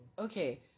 Okay